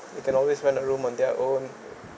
they can always find a room on their own